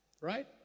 right